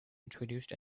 introduced